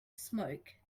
smoke